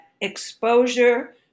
exposure